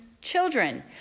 children